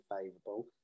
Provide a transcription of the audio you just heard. favourable